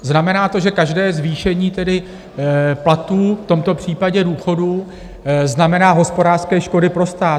Znamená to, že každé zvýšení tedy platů, v tomto případě důchodů, znamená hospodářské škody pro stát?